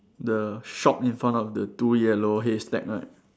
the shop in front of the two yellow haystack right